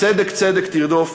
"צדק צדק תרדוף",